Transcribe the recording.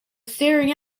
staring